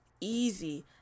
easy